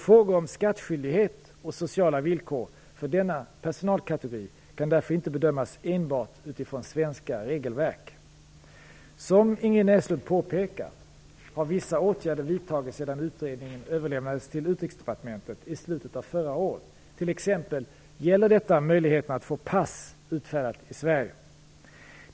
Frågor om skattskyldighet och sociala villkor för denna personalkategori kan därför inte bedömas enbart utifrån svenska regelverk. Som Ingrid Näslund påpekar har vissa åtgärder vidtagits sedan utredningen överlämnades till Utrikesdepartementet i slutet av förra året, t.ex. gäller detta möjligheten att få pass utfärdat i Sverige.